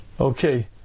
Okay